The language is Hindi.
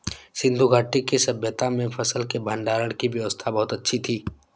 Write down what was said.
सिंधु घाटी की सभय्ता में फसल के भंडारण की व्यवस्था बहुत अच्छी थी